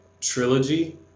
trilogy